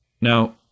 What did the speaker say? Now